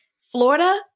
Florida